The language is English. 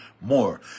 more